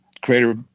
Creator